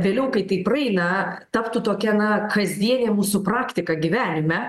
vėliau kai tai praeina taptų tokia na kasdienė mūsų praktika gyvenime